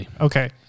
Okay